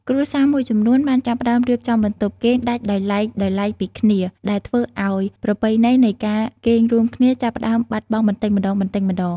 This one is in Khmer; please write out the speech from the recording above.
គ្រួសារមួយចំនួនបានចាប់ផ្តើមរៀបចំបន្ទប់គេងដាច់ដោយឡែកៗពីគ្នា ដែលធ្វើឱ្យប្រពៃណីនៃការគេងរួមគ្នាចាប់ផ្តើមបាត់បង់បន្តិចម្តងៗ។